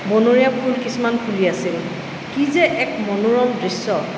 বনৰীয়া ফুল কিছুমান ফুলি আছিল কি যে এক মনোৰম দৃশ্য